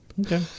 Okay